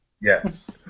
Yes